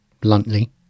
bluntly